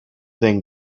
thing